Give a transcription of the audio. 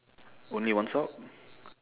only one sock